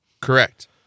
Correct